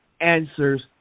answers